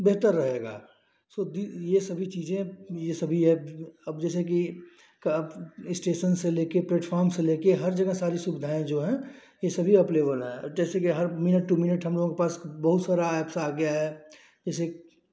बेहतर रहेगा सो यह सभी चीज़ें यह सभी एप अब जैसे कि स्टेशन से लेकर प्लेटफॉर्म से लेकर हर जगह सारी सुविधाएं जो हैं यह सभी एवलेबल हैं जैसे कि मिनट टू मिनट हमलोगों के पास बहुत सारे एप्स आ गए हैं जैसे